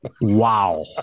Wow